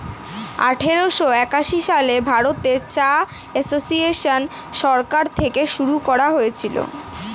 আঠারোশো একাশি সালে ভারতে চা এসোসিয়েসন সরকার থেকে শুরু করা হয়েছিল